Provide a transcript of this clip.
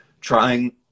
trying